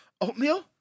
oatmeal